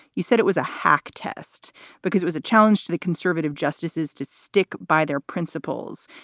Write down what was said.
you said it was a hack test because it was a challenge to the conservative justices to stick by their principles,